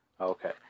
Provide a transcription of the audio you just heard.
Okay